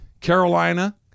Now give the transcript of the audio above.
Carolina